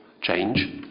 change